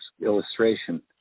illustration